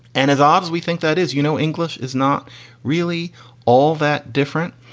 and as ob's, we think that is, you know, english is not really all that different.